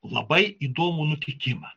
labai įdomų nutikimą